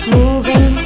moving